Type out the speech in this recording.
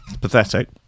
Pathetic